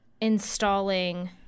installing